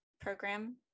program